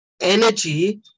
energy